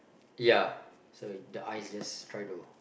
ya so is the ice just try to